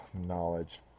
knowledge